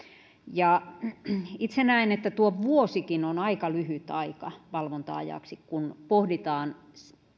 itse näen että vuosikin on aika lyhyt aika valvonta ajaksi kun pohditaan